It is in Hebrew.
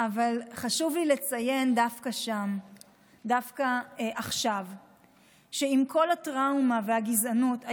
בהזדמנות הזאת חשוב לי לציין דווקא עכשיו שעם כל הטראומה והגזענות,